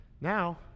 Now